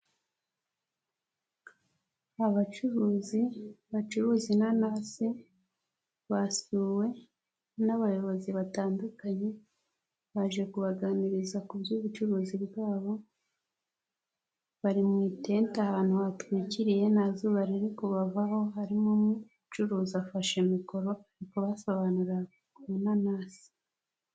Abacuruzi bacuruza inanasi basuwe n'abayobozi batandukanye baje kubaganiriza ku by'ubucuruzi bwabo, bari mu itente ahantu hatwikiriye nta zuba riri kubavaho, harimo umwe ucuruza afasheshe mikoro ari kubasobanura ku nanasi.